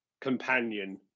companion